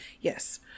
Yes